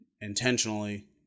intentionally